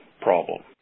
problem